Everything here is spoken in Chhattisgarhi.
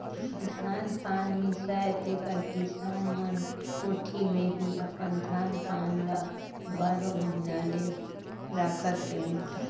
धान पान मिसाए तेकर किसान मन कोठी मे ही अपन धान पान ल बारो महिना ले राखत रहिन